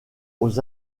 aux